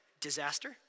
disaster